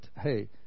hey